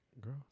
Girl